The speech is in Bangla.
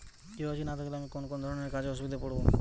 কে.ওয়াই.সি না থাকলে আমি কোন কোন ধরনের কাজে অসুবিধায় পড়ব?